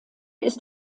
ist